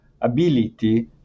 ability